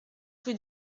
rue